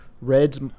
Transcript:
red's